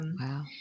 Wow